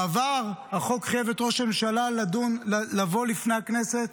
בעבר החוק חייב את ראש הממשלה לבוא לפני הכנסת